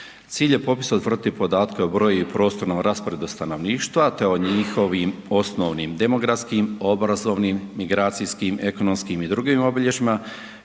Cilj je popisa utvrditi podatke o broju i prostornom rasporedu stanovništva te o njihovim osnovnim demografskim, obrazovnim, migracijskim, ekonomskim i drugim obilježjima